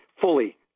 fully